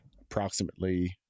approximately